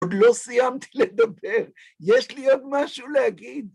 עוד לא סיימתי לדבר, יש לי עוד משהו להגיד.